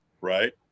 right